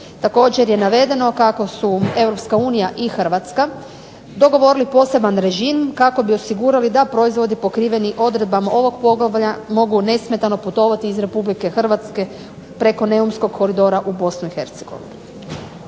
Također je navedeno kako su EU i Hrvatska dogovorili poseban režim kako bi osigurali da proizvodi pokriveni odredbama ovog poglavlja mogu nesmetano putovati iz RH preko Neumskog koridora u BiH.